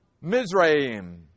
Mizraim